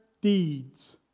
deeds